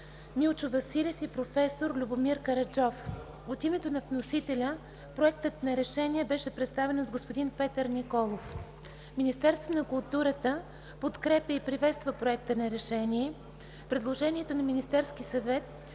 Милчо Василев и професор Любомир Караджов. От името на вносителя Проектът на решение беше представен от господин Петър Николов. Министерството на културата подкрепя и приветства Проекта на решение. Предложението на Министерския съвет